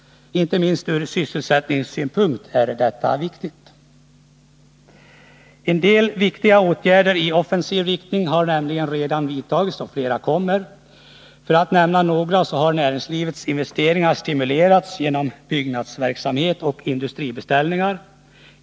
Inte minst ur sysselsättningssynpunkt är detta viktigt. En del viktiga åtgärder i offensiv riktning har nämligen redan vidtagits och flera kommer. För att nämna några vill jag peka på att näringslivets investeringar har stimulerats genom byggnadsverksamhet och industribeställningar.